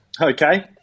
Okay